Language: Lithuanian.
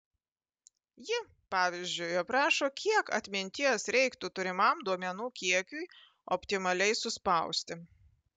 ji pavyzdžiui aprašo kiek atminties reiktų turimam duomenų kiekiui optimaliai suspausti